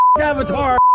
Avatar